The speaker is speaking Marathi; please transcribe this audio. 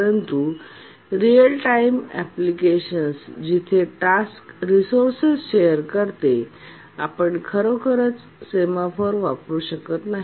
परंतु रिअल टाइम एप्लिकेशन्स जिथे टास्क रिसोर्सेस शेअर करते आपण खरोखरच सेमफोर वापरू शकत नाही